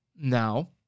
Now